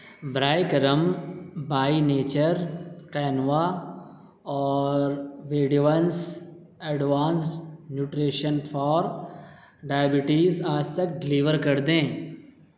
براہ کرم by nature quinoa اور ویڈونس ایڈوانسڈ نیوٹریشن فار ڈائبٹیز آج تک ڈیلیور کر دیں